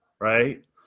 right